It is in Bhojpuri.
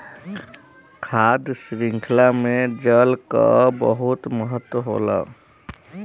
खाद्य शृंखला में जल कअ बहुत महत्व होला